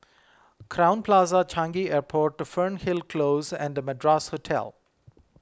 Crowne Plaza Changi Airport Fernhill Close and Madras Hotel